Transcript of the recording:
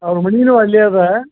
ಅವ್ರ ಮನೇನು ಅಲ್ಲೇ ಇದೆ